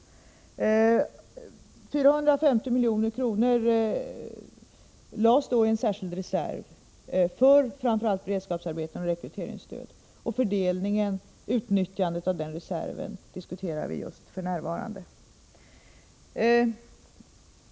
450 milj.kr. lades då i en särskild reserv för framför allt beredskapsarbeten och rekryteringsstöd. Fördelningen och utnyttjandet av den reserven diskuterar vi f.n.